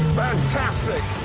fantastic!